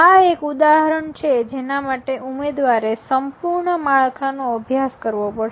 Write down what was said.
આ એક ઉદાહરણ છે જેના માટે ઉમેદવારે સંપૂર્ણ માળખાનો અભ્યાસ કરવો પડશે